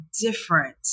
different